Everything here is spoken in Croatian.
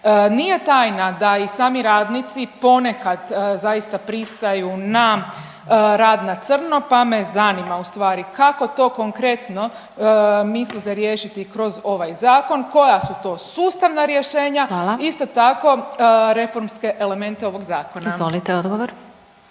Nije tajna da i sami radnici ponekad zaista pristaju na rad na crno, pa me zanima ustvari kako to konkretno mislite riješiti kroz ovaj zakon, koja su to sustavna rješenja…/Upadica: Hvala/…, isto tako reformske elemente ovog zakona. **Glasovac,